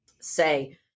say